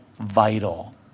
vital